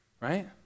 Right